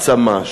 צמא,